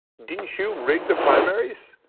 didn't you rig the primaries?